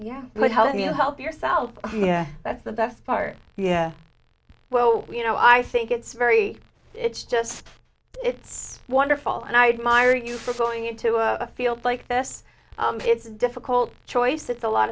yeah but how do you help yourself that's the best part yeah well you know i think it's very it's just it's wonderful and i admire you for going into a field like this it's a difficult choice it's a lot